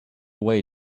way